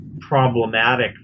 problematic